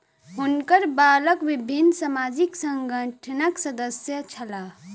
हुनकर बालक विभिन्न सामाजिक संगठनक सदस्य छला